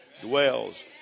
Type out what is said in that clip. dwells